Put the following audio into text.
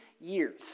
years